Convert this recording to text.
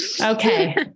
Okay